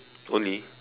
only